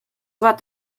bat